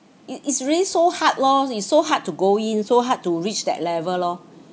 it is really so hard lor it's so hard to go in so hard to reach that level lor